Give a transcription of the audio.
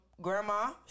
grandma